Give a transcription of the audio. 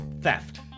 Theft